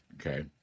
Okay